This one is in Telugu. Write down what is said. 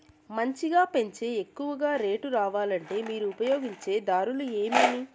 మంచిగా పెంచే ఎక్కువగా రేటు రావాలంటే మీరు ఉపయోగించే దారులు ఎమిమీ?